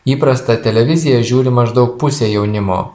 įprastą televiziją žiūri maždaug pusė jaunimo